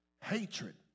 hatred